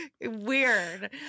Weird